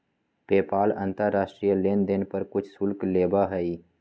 PayPal अंतर्राष्ट्रीय लेनदेन पर कुछ शुल्क लेबा हई